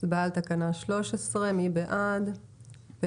מי בעד תקנה 13?